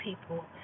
people